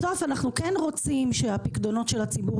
בסוף אנחנו כן רוצים שהפיקדונות של הציבור